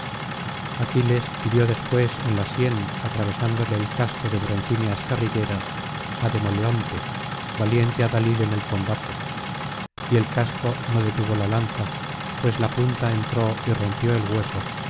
aquiles hirió después en la sien atravesándole el casco de broncíneas carrilleras a demoleo te valiente adalid en el combate y el casco no detuvo la lanza pues la punta entró y rompió el hueso